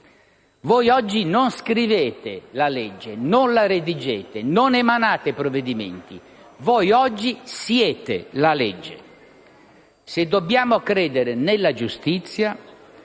Voi oggi non scrivete la legge, non la redigete; non emanate provvedimenti. Voi oggi siete la legge. Se dobbiamo credere nella giustizia,